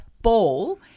ball